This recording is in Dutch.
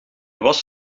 was